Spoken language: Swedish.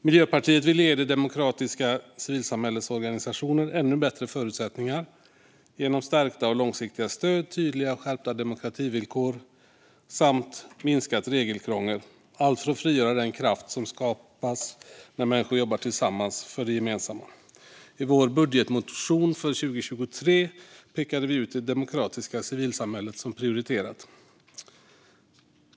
Miljöpartiet vill ge det demokratiska civilsamhällets organisationer ännu bättre förutsättningar genom stärkta och långsiktiga stöd, tydliga och skärpta demokrativillkor samt minskat regelkrångel - allt för att frigöra den kraft som skapas när människor jobbar tillsammans, för det gemensamma. I vår budgetmotion för 2023 pekade vi ut det demokratiska civilsamhället som prioriterat.